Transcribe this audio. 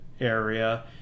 area